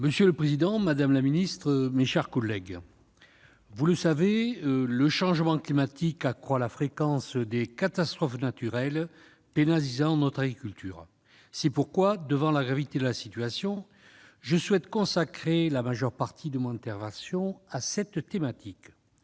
Monsieur le président, madame la ministre, mes chers collègues, vous le savez, le changement climatique accroît la fréquence des catastrophes naturelles pénalisant notre agriculture. C'est pourquoi, devant la gravité de la situation, je souhaite consacrer la majeure partie de mon intervention à cette thématique.